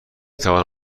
توانم